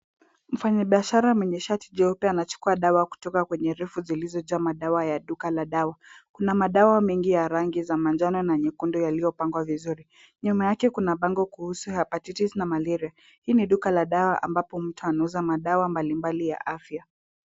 Mfanyibiashara wenye shati jeupe anachukua dawa kutoka kwenye rafu zilizojaa madawa ya duka la dawa, kuna madawa mengi ya rangi za manjano na nyekundu yaliyopangwa vizuri, nyuma yake kuna bango kuhusu hepatitis na malaria, hii ni duka la dawa ambapo mtu anauza madawa mbalimbali ya afya.